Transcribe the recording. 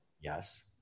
Yes